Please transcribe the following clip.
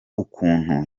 ukuntu